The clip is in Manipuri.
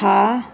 ꯊꯥ